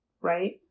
right